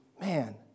man